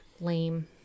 lame